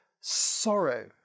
sorrow